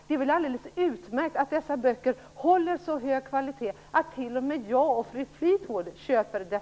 Det är väl alldeles utmärkt att de här böckerna håller så hög kvalitet att t.o.m. jag och fru Fleetwood köper dem.